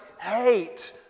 hate